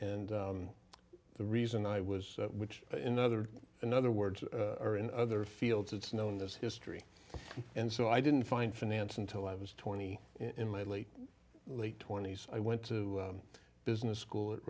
and the reason i was which in other in other words or in other fields it's known as history and so i didn't find finance until i was twenty in my late late twenty's i went to business school at